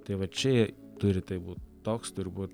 tai va čia turi taip būt toks turi būt